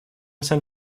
send